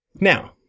Now